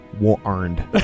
warned